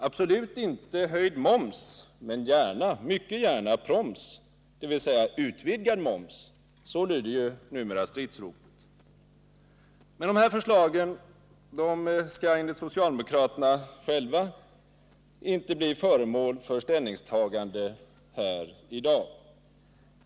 Absolut inte höjd moms, men gärna, mycket gärna, proms! — dvs. utvidgad moms. Så lyder ju numera stridsropet. Men dessa förslag skall enligt socialdemokraterna själva inte bli föremål för ställningstagande här i dag.